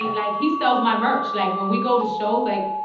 like, he sells my merch. like, when we go to shows like,